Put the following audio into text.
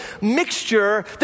mixture